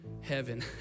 heaven